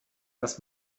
das